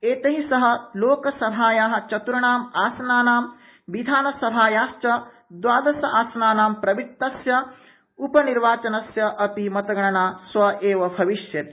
एतै सह लोकसभाया चत्र्णाम् आसनानां विधानसभाया द्वादश आसनानां प्रवृतस्य उपनिर्वाचनस्य अपि मतगणना श्व एव भविष्यति